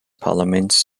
parlaments